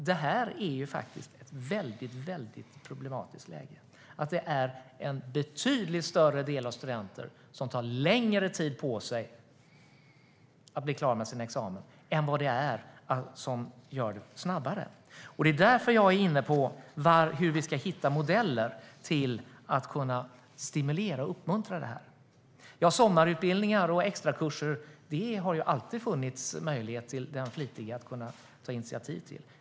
Det är ett problematiskt läge att det är en betydligt större del av studenterna som tar längre tid på sig att bli klar med sin examen än vad det är som gör det snabbare. Det är därför jag är inne på hur vi ska hitta modeller för att stimulera och uppmuntra detta. Sommarutbildningar och extrakurser har det alltid funnits möjlighet för den flitige att ta initiativ till.